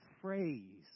phrase